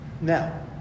Now